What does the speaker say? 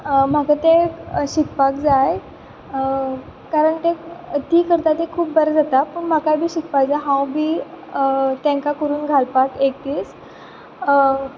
म्हाका तें शिकपाक जाय कारण तें ती करता तें खूब बरें जाता पूण म्हाकाय बी शिकपा जाय हांव बी तेंकां करून घालपाक एक दीस